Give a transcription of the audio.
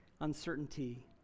uncertainty